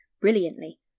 brilliantly